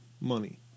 money